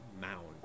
mound